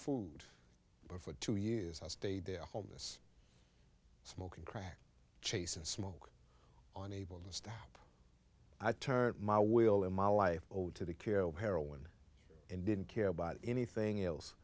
d for two years i stayed there homeless smoking crack chase and smoke on able to stop i turned my will in my life over to the care of heroin and didn't care about anything else